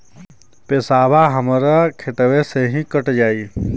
पेसावा हमरा खतवे से ही कट जाई?